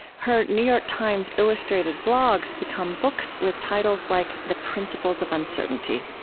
her new york times illustrated blogs become books with titles like the principles of uncertainty.